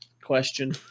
question